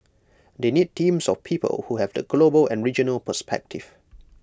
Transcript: they need teams of people who have the global and regional perspective